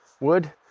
wood